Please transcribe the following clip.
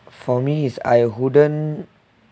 for me is I wouldn't